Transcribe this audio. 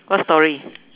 what story